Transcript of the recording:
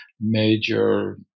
major